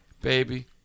baby